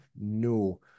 no